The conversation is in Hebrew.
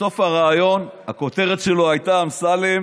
בסוף הריאיון הכותרת שלו הייתה: אמסלם